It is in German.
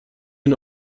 nur